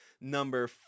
Number